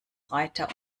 reiter